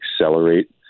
accelerate